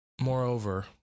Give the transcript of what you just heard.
Moreover